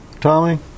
Tommy